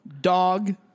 dog